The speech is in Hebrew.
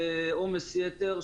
עומס יתר,